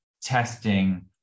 testing